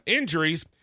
injuries